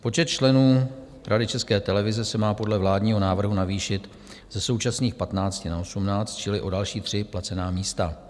Počet členů Rady České televize se má podle vládního návrhu navýšit ze současných 15 na 18, čili o další tři placená místa.